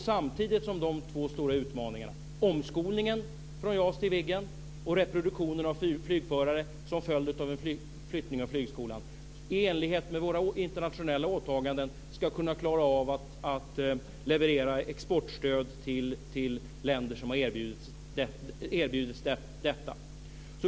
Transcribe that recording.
Samtidigt som de stora utmaningarna - omskolningen från Viggen till JAS och reproduktionen av flygförare som följd av en flyttning av flygskolan - ska vi i enlighet med våra internationella åtaganden klara av att leverera exportstöd till länder som har erbjudits detta.